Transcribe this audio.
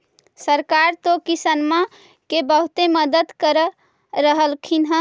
सरकार तो किसानमा के बहुते मदद कर रहल्खिन ह?